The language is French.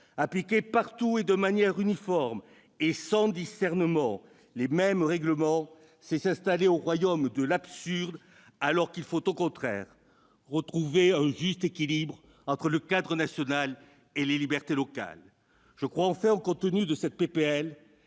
Appliquer partout, de manière uniforme et sans discernement, les mêmes règlements, c'est s'installer au royaume de l'absurde, alors qu'il faut, au contraire, retrouver un juste équilibre entre le cadre national et les libertés locales. Je crois enfin au contenu de cette